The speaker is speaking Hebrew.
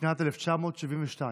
בשנת 1972,